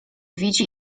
widzi